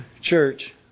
church